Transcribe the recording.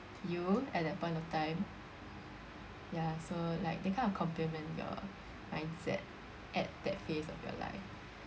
you at that point of time ya so like they kind of complement your mindset at that phase of your life